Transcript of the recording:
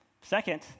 Second